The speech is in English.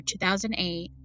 2008